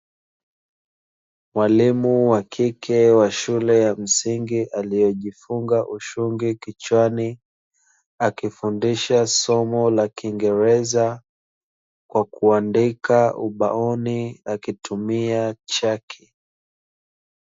Mwalimu wa kike wa shule ya msingi aliyejifunga ushungi kichwani, akifundisha somo la kingereza kwa kuandika ubaoni akitumia chaki.